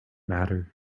matter